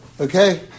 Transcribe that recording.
Okay